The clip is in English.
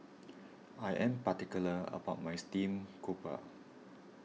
I am particular about my Steamed Grouper